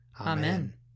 Amen